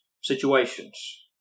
situations